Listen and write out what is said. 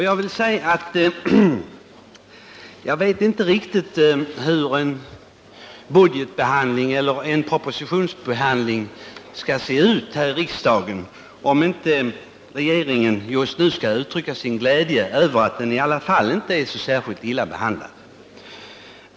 Jag vet inte riktigt hur en budgetbehandling eller en propositionsbehandling skall se ut här i riksdagen om inte regeringen just nu skall uttrycka sin glädje över att den i alla fall inte är så särskilt illa behandlad.